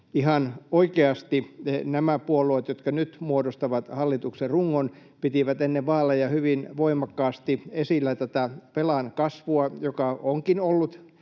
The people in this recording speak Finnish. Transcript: ihan oikeasti nämä puolueet, jotka nyt muodostavat hallituksen rungon, pitivät ennen vaaleja hyvin voimakkaasti esillä tätä velan kasvua, joka onkin ollut